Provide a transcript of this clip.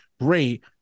Great